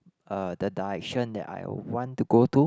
uh the direction that I want to go to